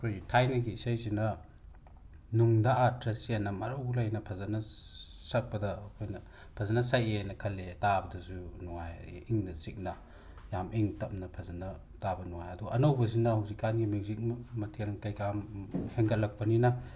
ꯑꯩꯈꯣꯏꯒꯤ ꯊꯥꯏꯅꯒꯤ ꯏꯁꯩꯁꯤꯅ ꯅꯨꯡꯗ ꯑꯥꯔꯊ ꯆꯦꯟꯅ ꯃꯔꯧ ꯂꯩꯅ ꯐꯖꯅ ꯁꯛꯄꯗ ꯑꯩꯈꯣꯏꯅ ꯐꯖꯅ ꯁꯛꯑꯦꯅ ꯈꯜꯂꯦ ꯇꯕꯗꯁꯨ ꯅꯨꯡꯉꯥꯏ ꯏꯪꯅ ꯆꯤꯛꯅ ꯌꯥꯝ ꯏꯪ ꯇꯞꯅ ꯐꯖꯅ ꯇꯥꯕ ꯅꯨꯡꯉꯥꯏ ꯑꯗꯣ ꯑꯅꯧꯕꯖꯤꯅ ꯍꯩꯖꯤꯛꯀꯥꯟꯒꯤ ꯃ꯭ꯌꯨꯖꯤꯛ ꯃꯊꯦꯜ ꯀꯩꯀꯥ ꯍꯦꯟꯒꯠꯂꯛꯄꯅꯤꯅ